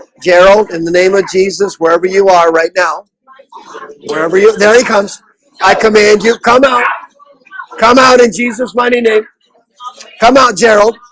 gerald in the name of jesus wherever you are right now wherever you there he comes i command you come on come out in jesus. mighty name come out general.